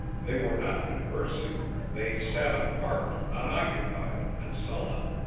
they were not conversing they sat apart, unoccupied and sullen.